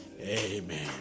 Amen